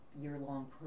year-long